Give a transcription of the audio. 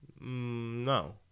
no